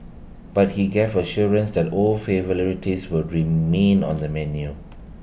but he gave assurance that old will remain on the menu